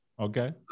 Okay